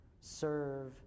serve